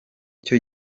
cyo